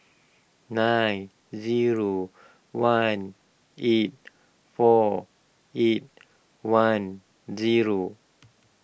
nine zero one eight four eight one zero